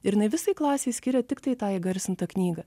ir jinai visai klasei skiria tiktai tą įgarsintą knygą